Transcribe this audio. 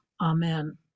Amen